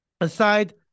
Aside